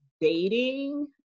dating